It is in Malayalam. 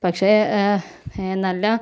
പക്ഷേ നല്ല